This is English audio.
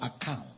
account